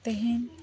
ᱛᱮᱦᱮᱧ